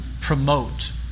promote